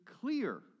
clear